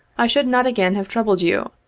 i should not again have troubled you,